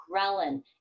ghrelin